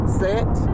set